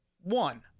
one